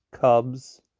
Cubs